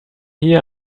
here